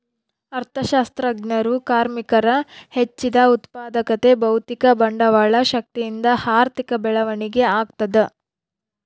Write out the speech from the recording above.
ಅರ್ಥಶಾಸ್ತ್ರಜ್ಞರು ಕಾರ್ಮಿಕರ ಹೆಚ್ಚಿದ ಉತ್ಪಾದಕತೆ ಭೌತಿಕ ಬಂಡವಾಳ ಶಕ್ತಿಯಿಂದ ಆರ್ಥಿಕ ಬೆಳವಣಿಗೆ ಆಗ್ತದ